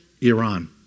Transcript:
Iran